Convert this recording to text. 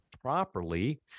properly